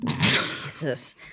Jesus